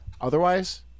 Otherwise